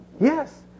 Yes